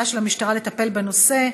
וחוסר מוכנותה של המשטרה לטפל בנושא.